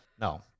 No